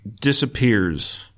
disappears